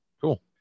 cool